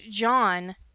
John